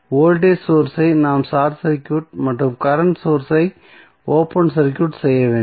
voltage source ஐ நாம் short circuit மற்றும் கரண்ட் சோர்ஸ் ஐ ஓபன் சர்க்யூட் செய்ய வேண்டும்